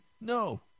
No